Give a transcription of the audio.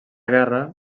guerra